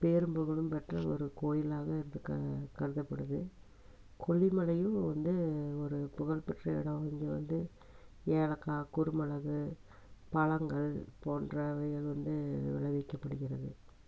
பேரும் புகழும் பெற்ற ஒரு கோவிலாக இது கருதப்படுது கொல்லிமலையும் வந்து ஒரு புகழ் பெற்ற இடம் இங்கே வந்து ஏலக்காய் குறுமிளகு பழங்கள் போன்றவைகள் வந்து விளைவிக்கப்படுகிறது